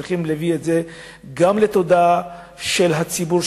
צריכים להביא את זה גם לתודעה של הציבור,